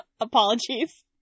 apologies